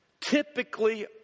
typically